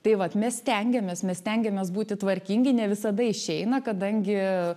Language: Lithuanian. tai vat mes stengiamės mes stengiamės būti tvarkingi ne visada išeina kadangi